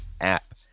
app